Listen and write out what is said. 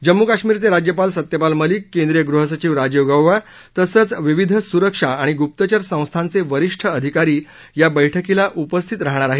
जम्मू काश्मीरचे राज्यपाल सत्यपाल मलिक केंद्रीय गृहसचिव राजीव गौबा तसंच विविध सुरक्षा आणि ग्प्तचर संस्थांचे वरीष्ठ अधिकारी या बैठकीला उपस्थित राहणार आहेत